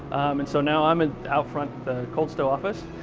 and so now i'm in out front of the cold stow office.